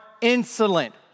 insolent